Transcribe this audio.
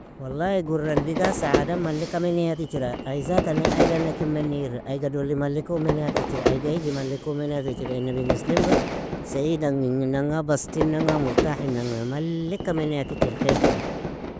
Wallayi gurrandiga saada mallika minayatichir, ai zatani ailanlakin miniyir, aiga doli mallikon minayatichir, aiga igi mallikon minayatichir, enebin mislimga saaidanginnanga bastinanga murtahinnanga mallika minayatichir kheerkan.